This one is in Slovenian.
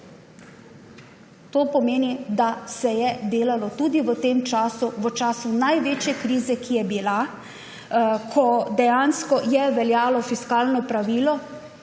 To pomeni, da se je delalo tudi v tem času, v času največje krize, ki je bila, ko je dejansko veljalo fiskalno pravilo